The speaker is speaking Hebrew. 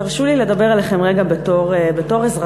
תרשו לי לדבר אליכם רגע בתור אזרחית,